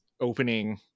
opening